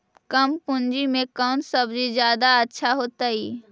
कम पूंजी में कौन सब्ज़ी जादा अच्छा होतई?